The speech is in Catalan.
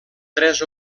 tres